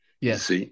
Yes